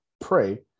pray